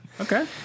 Okay